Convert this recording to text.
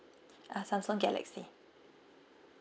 uh samsung galaxy